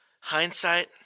Hindsight